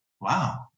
wow